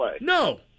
No